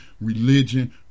religion